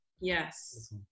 yes